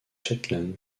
shetland